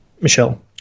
Michelle